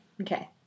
Okay